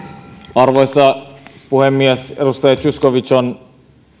arvoisa puhemies edustaja zyskowicz on